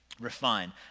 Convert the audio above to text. refine